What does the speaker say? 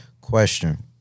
Question